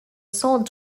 sold